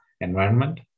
environment